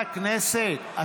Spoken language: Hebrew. הכנסת.